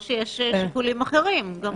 לשמוע.